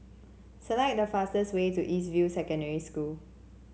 select the fastest way to East View Secondary School